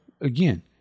again